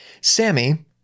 Sammy